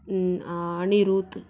Anirudh